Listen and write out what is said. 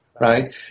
Right